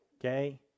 Okay